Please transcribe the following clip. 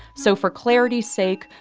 so for clarity's sake,